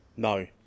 No